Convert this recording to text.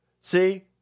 see